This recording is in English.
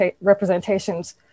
representations